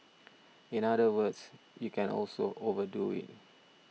in other words you can also overdo it